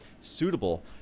suitable